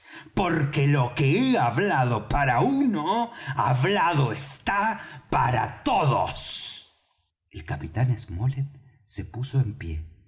porque lo que he hablado para uno hablado está para todos el capitán smollet se puso en pie